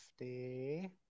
50